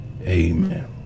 amen